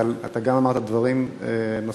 אבל אתה גם אמרת דברים נוספים,